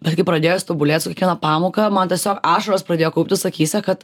bet kai pradėjo jis tobulėt su kiekviena pamoka man tiesiog ašaros pradėjo kauptis akyse kad